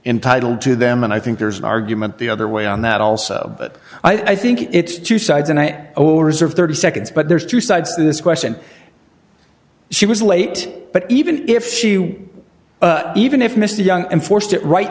entitled to them and i think there's an argument the other way on that also but i think it's two sides and i am over reserve thirty seconds but there's two sides to this question she was late but even if she would even if mr young and forced it right